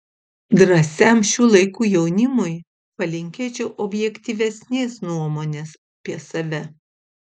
drąsiam šių laikų jaunimui palinkėčiau objektyvesnės nuomonės apie save